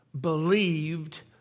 believed